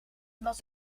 was